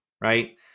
Right